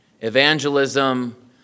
evangelism